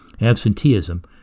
Absenteeism